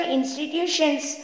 Institutions